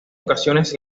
ocasiones